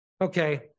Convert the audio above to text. Okay